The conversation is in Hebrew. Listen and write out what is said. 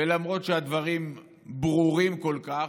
ולמרות שהדברים ברורים כל כך,